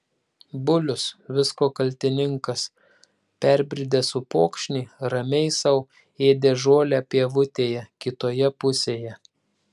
bulius visko kaltininkas perbridęs upokšnį ramiai sau ėdė žolę pievutėje kitoje pusėje